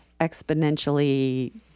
exponentially